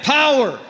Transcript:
power